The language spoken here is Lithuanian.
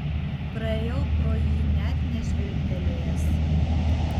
praėjau pro jį net nežvilgtelėjęs